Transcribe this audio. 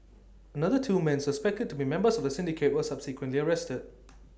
another two men suspected to be members of the syndicate were subsequently arrested